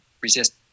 resist